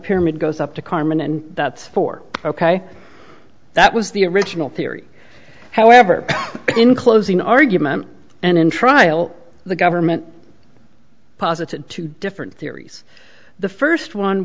pyramid goes up to carmen and for ok that was the original theory however in closing argument and in trial the government posited two different theories the first one